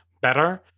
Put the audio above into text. better